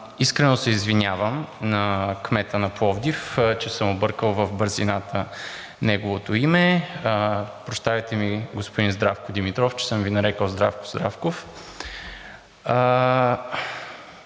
Искрено се извинявам на кмета на Пловдив, че в бързината съм объркал неговото име. Прощавайте, господин Здравко Димитров, че съм Ви нарекъл Здравко Здравков.